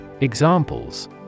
Examples